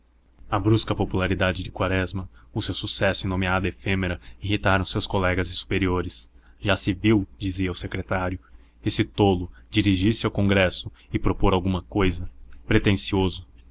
a brusca popularidade de quaresma o seu sucesso e nomeada efêmera irritaram os seus colegas e superiores já se viu dizia o secretário este tolo dirigir-se ao congresso e propor alguma cousa pretensioso